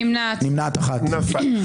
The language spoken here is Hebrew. הצבעה לא אושרה נפל.